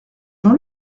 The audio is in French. jean